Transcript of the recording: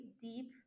deep